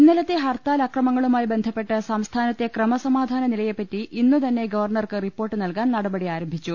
ഇന്നലത്തെ ഹർത്താൽ അക്രമങ്ങളുമായി ബന്ധപ്പെട്ട് സംസ്ഥാനത്തെ ക്രമസമാധാനനിലയെപ്പറ്റി ഇന്നു തന്നെ ഗവർണർക്ക് റിപ്പോർട്ട് നൽകാൻ നടപടിയാരംഭിച്ചു